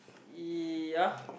ya